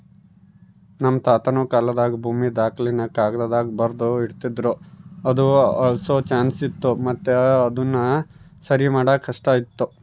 ನಮ್ ತಾತುನ ಕಾಲಾದಾಗ ಭೂಮಿ ದಾಖಲೆನ ಕಾಗದ್ದಾಗ ಬರ್ದು ಇಡ್ತಿದ್ರು ಅದು ಅಳ್ಸೋ ಚಾನ್ಸ್ ಇತ್ತು ಮತ್ತೆ ಅದುನ ಸರಿಮಾಡಾಕ ಕಷ್ಟಾತಿತ್ತು